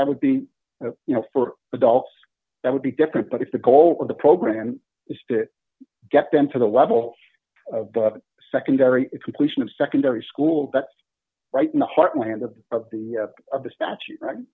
that would be you know for adults that would be different but if the goal of the program is to get them to the level of secondary completion of secondary school that's right in the heartland of the statute